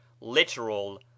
LITERAL